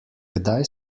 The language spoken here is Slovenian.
kdaj